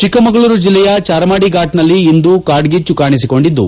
ಚಿಕ್ಕಮಗಳೂರು ಜಿಲ್ಲೆಯ ಜಾರ್ಮಾಡಿಫಾಟ್ನಲ್ಲಿ ಇಂದು ಕಾಡ್ಗಿಟ್ಟು ಕಾಣಿಸಿಕೊಂಡಿದ್ದು